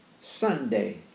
Sunday